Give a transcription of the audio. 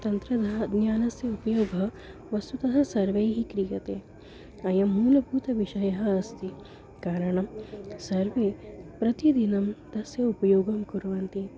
तन्त्रस्य ज्ञानस्य उपयोगः वस्तुतः सर्वैः क्रियते अयं मूलभूतविषयः अस्ति कारणं सर्वे प्रतिदिनं तस्य उपयोगं कुर्वन्ति